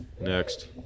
Next